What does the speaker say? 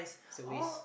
it's a waste